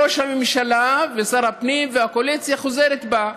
ראש הממשלה, שר הפנים והקואליציה חוזרים בהם.